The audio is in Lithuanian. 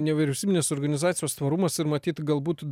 nevyriausybinės organizacijos tvarumas ir matyt galbūt